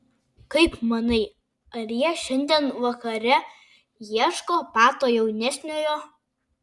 kaip manai ar jie šiandien vakare ieško pato jaunesniojo